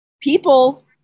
people